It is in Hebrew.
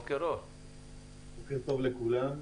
לכולם.